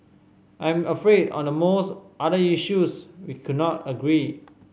I am afraid on the most other issues we could not agree